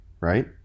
right